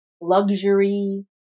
luxury